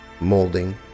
molding